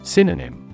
Synonym